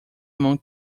mão